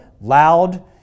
loud